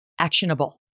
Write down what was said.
Actionable